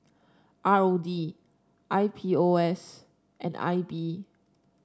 R O D I P O S and I B